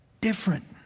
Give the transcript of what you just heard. different